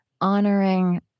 honoring